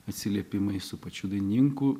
atsiliepimai su pačių dainininkų